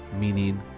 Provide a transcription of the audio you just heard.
meaning